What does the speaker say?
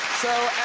so